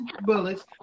bullets